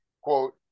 quote